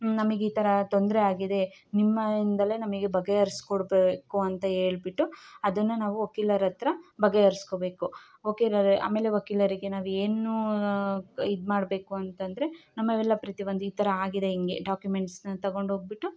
ನಮಗ್ ಈ ಥರ ತೊಂದರೆ ಆಗಿದೆ ನಿಮ್ಮ ಇಂದಲೇ ನಮಗೆ ಬಗೆಹರಿಸ್ಕೊಡಬೇಕು ಅಂತ ಹೇಳ್ಬಿಟ್ಟು ಅದನ್ನ ನಾವು ವಕೀಲರಹತ್ರ ಬಗೆಹರಿಸ್ಕೊಬೇಕು ವಕೀಲರೇ ಆಮೇಲೆ ವಕೀಲರಿಗೆ ನಾವು ಏನೂ ಇದುಮಾಡ್ಬೇಕು ಅಂತಂದರೆ ನಮ್ಮವೆಲ್ಲ ಪ್ರತಿಯೊಂದ್ ಈ ಥರ ಆಗಿದೆ ಹಿಂಗೆ ಡಾಕ್ಯುಮೆಂಟ್ಸ್ನ ತಂಗೊಂಡು ಹೋಗ್ಬಿಟ್ಟು